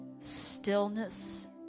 Stillness